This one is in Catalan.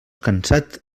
cansat